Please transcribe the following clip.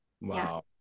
Wow